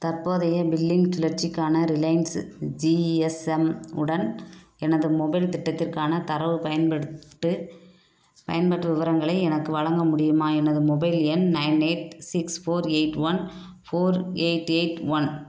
தற்போதைய பில்லிங் சுழற்சிக்கான Reliance GSM உடன் எனது மொபைல் திட்டத்திற்கான தரவு பயன்படுத்திட்டு பயன்பாட்டு விவரங்களை எனக்கு வழங்க முடியுமா எனது மொபைல் எண் nine eight six four eight one four eight eight one